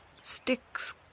sticks